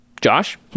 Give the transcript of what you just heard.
Josh